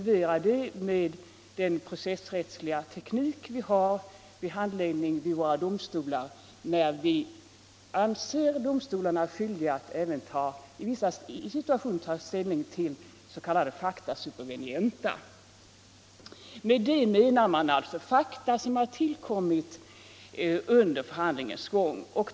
vera det med den processrättsliga teknik vi använder vid handläggningen i våra domstolar, när vi anser att domstolen är skyldig att i vissa situationer ta ställning till s.k. facta supervenienta. Med det menar man som sagt fakta som har tillkommit under förhandlingens gång.